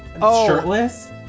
shirtless